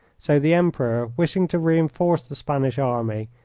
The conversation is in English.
so the emperor, wishing to reinforce the spanish army,